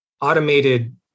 automated